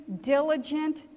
diligent